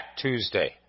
Tuesday